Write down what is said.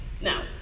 Now